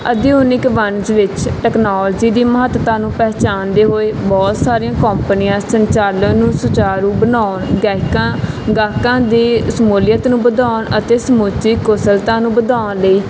ਆਧੁਨਿਕ ਵਣਜ ਵਿੱਚ ਟੈਕਨੋਲਜੀ ਦੀ ਮਹੱਤਤਾ ਨੂੰ ਪਹਿਚਾਣਦੇ ਹੋਏ ਬਹੁਤ ਸਾਰੀਆਂ ਕੰਪਨੀਆਂ ਸੰਚਾਲਨ ਨੂੰ ਸੁਚਾਰੂ ਬਣਾਉਣ ਗੈਹਕਾਂ ਗਾਹਕਾਂ ਦੇ ਸ਼ਮੂਲੀਅਤ ਨੂੰ ਵਧਾਉਣ ਅਤੇ ਸਮੁੱਚੀ ਕੁਸ਼ਲਤਾ ਨੂੰ ਵਧਾਉਣ ਲਈ